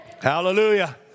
Hallelujah